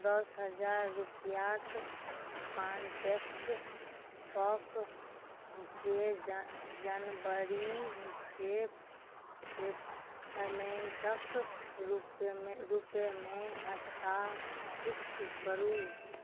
दस हजार रुपैआके कॉन्टैक्ट ई कऽ कऽ ई के जनवरीके पेमेन्टके रूपमे रूपेमे हस्तान्तरित करू